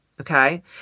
okay